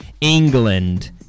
England